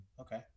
Okay